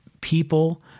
people